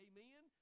Amen